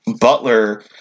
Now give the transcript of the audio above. Butler